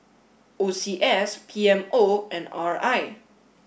O C S P M O and R I